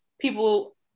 people